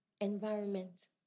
Environment